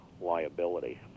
liability